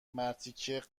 مرتیکه